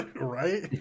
Right